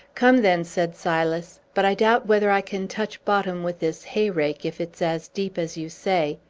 come, then, said silas but i doubt whether i can touch bottom with this hay-rake, if it's as deep as you say.